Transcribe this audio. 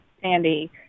Sandy